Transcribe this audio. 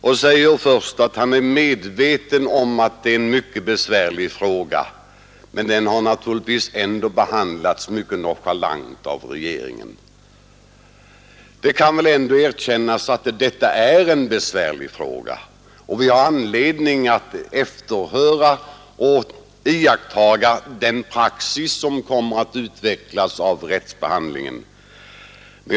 Han säger först att han är medveten om att det är en mycket besvärlig fråga men att den naturligtvis har behandlats mycket nonchalant av regeringen. Det kan väl ändå erkännas att det gäller en besvärlig fråga och att vi har anledning att efterhöra och iaktta den praxis som kommer att utvecklas genom rättsbehandlingen.